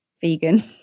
vegan